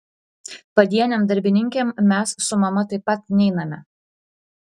padienėm darbininkėm mes su mama taip pat neiname